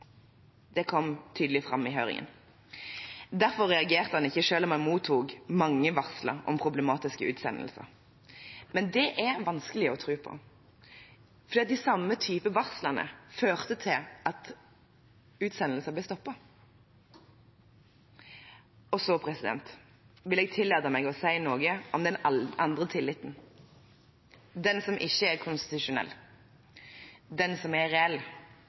Det kom tydelig fram i høringen. Derfor reagerte han ikke, selv om han mottok mange varsler om problematiske utsendelser. Men dette er vanskelig å tro på, for de samme type varsler førte til at utsendelser ble stoppet. Så vil jeg tillate meg å si noe om den andre tilliten, den som ikke er konstitusjonell, den som er reell